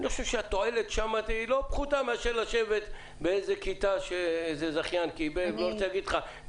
אני חושב שהתועלת שם היא לא פחותה מאשר לשבת בכיתה שאיזה זכיין קיבל ונהג